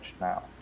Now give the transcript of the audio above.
now